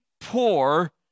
poor